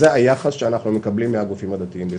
זה היחס שאנחנו מקבלים מהגופים הדתיים בישראל.